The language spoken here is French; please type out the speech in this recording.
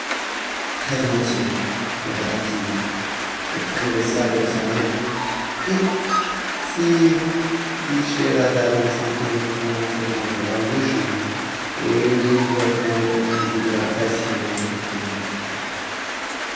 très-volontiers lui repartis-je je pris le sabre de sa main mais sire dit scheherazade en s'interrompant en cet endroit il est jour et je ne dois point abuser de la patience de votre majesté